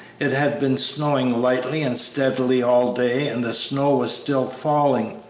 it had been snowing lightly and steadily all day and the snow was still falling.